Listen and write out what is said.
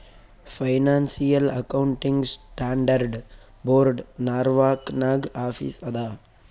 financial accounting standard board Norwalk ನಾಗ್ office ಅದಾ